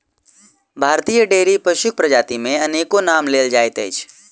भारतीय डेयरी पशुक प्रजाति मे अनेको नाम लेल जाइत अछि